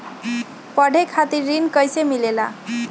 पढे खातीर ऋण कईसे मिले ला?